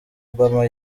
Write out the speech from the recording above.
obama